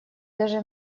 даже